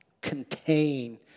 contain